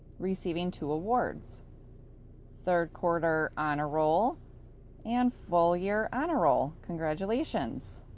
receiving two awards third quarter honor roll and full year honor roll. congratulations.